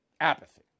apathy